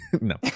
no